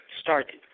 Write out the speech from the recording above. started